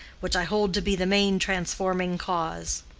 which i hold to be the main transforming cause.